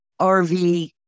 RV